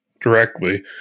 directly